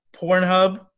Pornhub